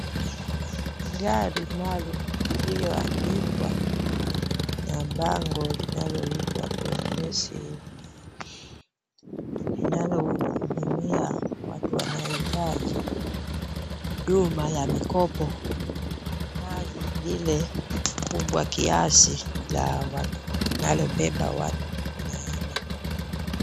Gari maalumu iliyoandikwa na bango linaloitwa progressive inayohudumia watu wanaohitaji huduma ya mikopo. Gari lile kubwa kiasi linalobeba watu mia nne.